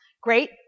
Great